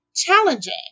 Challenging